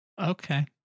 Okay